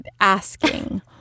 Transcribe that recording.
asking